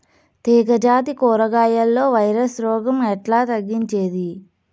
తీగ జాతి కూరగాయల్లో వైరస్ రోగం ఎట్లా తగ్గించేది?